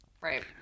right